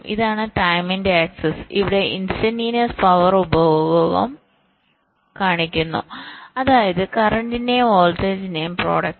ഇതാണ് ടൈമിന്റെ ആക്സിസ് ഇവിടെ ഇൻസ്റ്റന്റിനിയസ് പവർ ഉപഭോഗം കാണിക്കുന്നു അതായത് കറന്റിന്റെയും വോൾട്ടേജിന്റെയും പ്രോഡക്റ്റ്